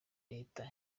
leta